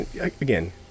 again